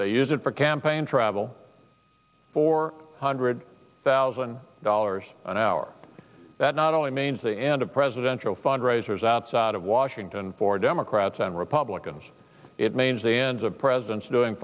they use it for campaign travel four hundred thousand dollars an hour that not only means the end of presidential fundraisers outside of washington for democrats and republicans it means the ends of presidents doing